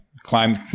climb